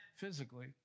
Physically